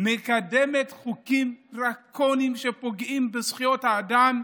מקדמת חוקים דרקוניים שפוגעים בזכויות האדם,